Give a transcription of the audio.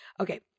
Okay